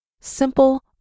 Simple